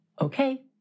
Okay